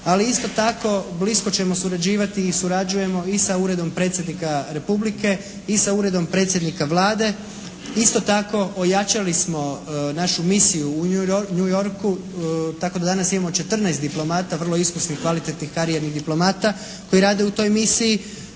Ali isto tako, blisko ćemo surađivati i surađujemo i sa Uredom Predsjednika Republike i sa Uredom Predsjednika Vlade. Isto tako ojačali smo našu misiju u New Yorku, tako da danas imamo 14 diplomata, vrlo iskusnih, kvalitetnih, …/Govornik se ne razumije./… diplomata koji rade u toj misiji.